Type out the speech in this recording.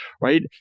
right